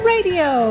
Radio